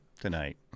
tonight